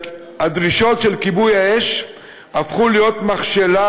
שהדרישות של כיבוי האש הפכו להיות מכשלה,